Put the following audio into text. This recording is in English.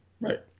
Right